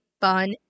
fun